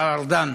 השר ארדן,